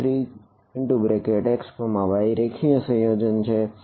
તેથી UxyU1T1xyU2T2xyU3T3xy રેખીય સંયોજન છે